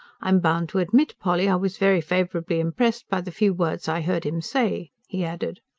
i'm bound to admit, polly, i was very favourably impressed by the few words i heard him say, he added.